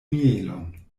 mielon